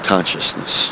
consciousness